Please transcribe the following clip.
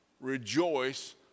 rejoice